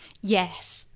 Yes